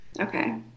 Okay